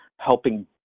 helping